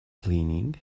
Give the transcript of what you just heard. cleaning